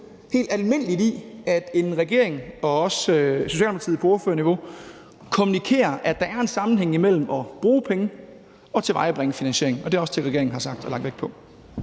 helt almindeligt i, at en regering, og også Socialdemokratiet på ordførerniveau, kommunikerer, at der er en sammenhæng mellem at bruge penge og tilvejebringe en finansiering, og det er også det, regeringen har sagt og lagt vægt på.